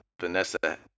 Vanessa